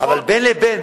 אבל בין לבין,